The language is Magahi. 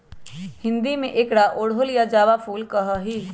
हिंदी में एकरा अड़हुल या जावा फुल कहा ही